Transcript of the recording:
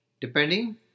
Depending